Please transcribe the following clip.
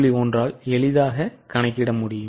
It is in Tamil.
1ஆல் எளிதாகக் கணக்கிட முடியும்